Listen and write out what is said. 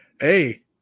Hey